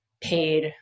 paid